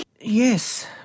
Yes